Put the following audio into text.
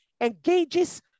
engages